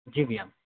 जी भैया